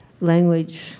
language